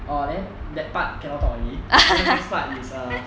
orh then that part cannot talk already and then next part is a